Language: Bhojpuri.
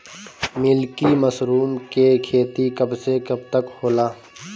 मिल्की मशरुम के खेती कब से कब तक होला?